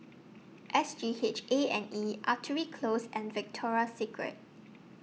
S G H A and E Artillery Close and Victoria Street